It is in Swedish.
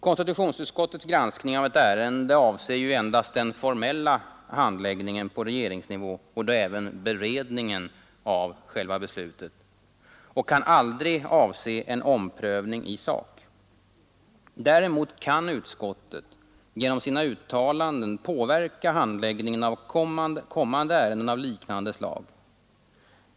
Konstitutionsutskottets granskning av ett ärende avser ju endast den formella handläggningen på regeringsnivå, och då även beredningen av beslutet i ärendet, och kan aldrig avse en omprövning i sak. Däremot kan utskottet genom sina uttalanden påverka handläggningen av kommande ärenden av liknande slag.